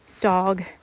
Dog